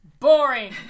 Boring